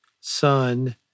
son